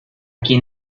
quien